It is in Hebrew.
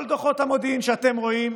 כל דוחות המודיעין שאתם רואים,